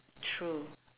true